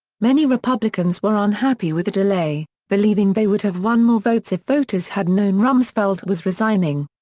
many republicans were unhappy with the delay, believing they would have won more votes if voters had known rumsfeld was resigning.